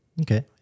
Okay